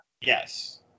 Yes